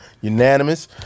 Unanimous